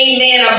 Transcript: Amen